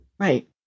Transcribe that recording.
Right